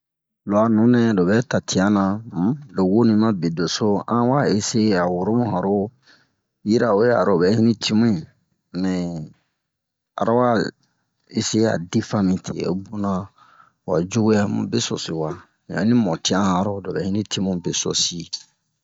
lo a nunɛ lobɛ ta tiyanna um lo woni ma bedoso an wa eseye a woromu hanro yirawe aro bɛ hinni tin bun mɛ aro wa eseye a defan mite ho bunna wa cuwɛ mu besoso wa in onni mɔn tiyan hanro lobɛ hinni tin mu besosi wa